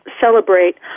celebrate